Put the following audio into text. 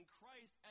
Christ